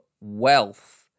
wealth